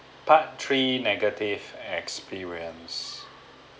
part three negative experience